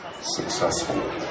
successful